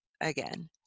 again